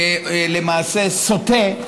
למעשה סוטה,